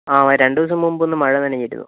ആ രണ്ടു ദിവസം മുമ്പ് ഒന്ന് മഴ നനഞ്ഞിരുന്നു